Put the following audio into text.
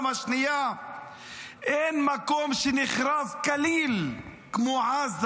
השנייה אין מקום שנחרב כליל כמו עזה,